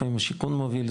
לפעמים השיכון מוביל,